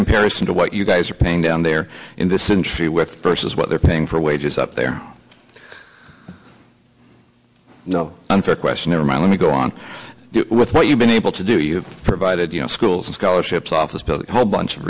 comparison to what you guys are paying down there in this industry with versus what they're paying for wages up there no unfair question around let me go on with what you've been able to do you provided you know schools scholarships office building a whole bunch of